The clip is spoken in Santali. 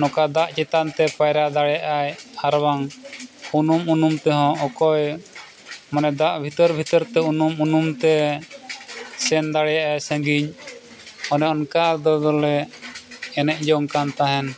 ᱱᱚᱠᱟ ᱫᱟᱜ ᱪᱮᱛᱟᱱ ᱛᱮ ᱯᱟᱭᱨᱟ ᱫᱟᱲᱮᱭᱟᱜ ᱟᱭ ᱟᱨ ᱵᱟᱝ ᱩᱱᱩᱢ ᱩᱱᱩᱢ ᱛᱮᱦᱚᱸ ᱚᱠᱚᱭ ᱢᱟᱱᱮ ᱫᱟᱜ ᱵᱷᱤᱛᱟᱹᱨ ᱵᱷᱤᱛᱟᱹᱨ ᱛᱮ ᱩᱱᱩᱢ ᱩᱱᱩᱢ ᱛᱮ ᱥᱮᱱ ᱫᱟᱲᱮᱭᱟᱜᱼᱟᱭ ᱥᱟᱺᱜᱤᱧ ᱚᱱᱮ ᱚᱱᱠᱟ ᱫᱚᱞᱮ ᱮᱱᱮᱡ ᱡᱚᱝ ᱠᱟᱱ ᱛᱟᱦᱮᱱ